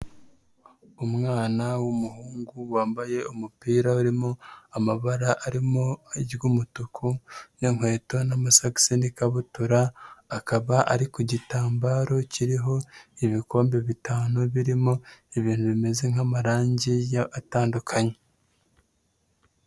Umwana w'umuhungu wambaye umupira urimo amabara arimo ary'umutuku n'inkweto n'amasogisi n'ikabutura, akaba ari ku gitambaro kiriho ibikombe bitanu birimo ibintu bimeze nk'amarangi atandukanye.